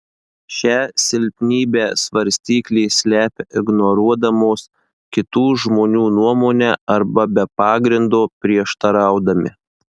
šią silpnybę svarstyklės slepia ignoruodamos kitų žmonių nuomonę arba be pagrindo prieštaraudami